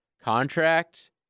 contract